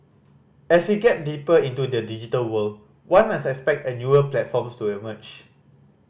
as we get deeper into the digital world one must expect a newer platforms to emerge